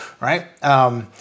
right